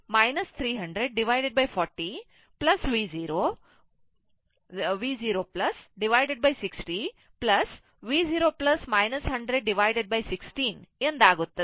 V 0 30040 V 0 60 V 0 10016 ಎಂದಾಗುತ್ತದೆ